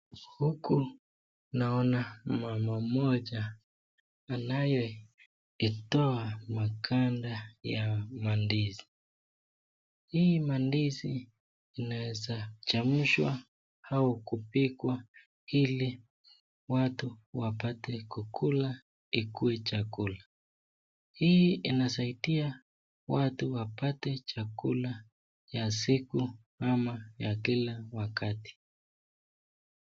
Huku nana mama moja anayeitoa maganda ya mandizi, hii mandizi inaweza kuchemshwa au kupika ili watu wapate kukula ikue chakula, hii inaweza kusaidia watu wapate chakula ya siku ama ya kila wakati.